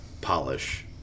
polish